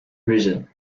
region